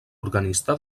organista